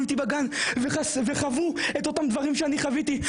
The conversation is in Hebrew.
איתי בגן וחוו את אותם דברים שאני חוויתי,